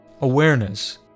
awareness